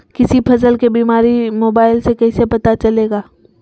किसी फसल के बीमारी मोबाइल से कैसे पता चलेगा?